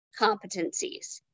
competencies